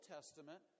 Testament